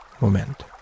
moment